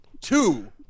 two